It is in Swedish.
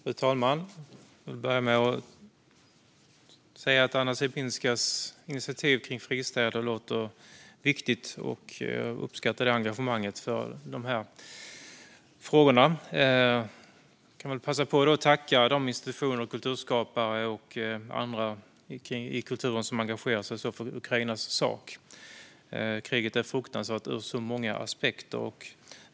Fru talman! Jag vill börja med att säga att Anna Sibinskas initiativ kring fristäder låter viktigt, och jag uppskattar engagemanget för frågorna. Jag kan också passa på att tacka de institutioner, kulturskapare och andra i kulturen som har engagerat sig för Ukrainas sak. Kriget är fruktansvärt ur så många aspekter.